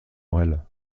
morel